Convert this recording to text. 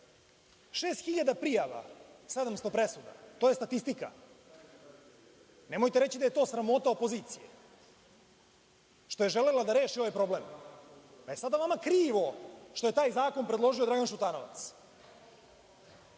prijava, 700 presuda. To je statistika. Nemojte reći da je to sramota opozicije što je želela da reši ovaj problem pa je sada vama krivo što je taj zakon predložio Dragan Šutanovac,